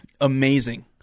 amazing